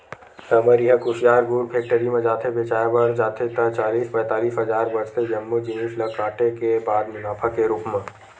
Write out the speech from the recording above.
हमर इहां कुसियार गुड़ फेक्टरी म जाथे बेंचाय बर जाथे ता चालीस पैतालिस हजार बचथे जम्मो जिनिस ल काटे के बाद मुनाफा के रुप म